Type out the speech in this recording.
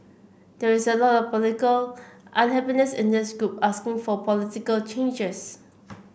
there is a lot of political unhappiness in this group asking for political changes